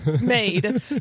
made